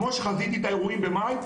כמו שחזיתי את האירועים במאי.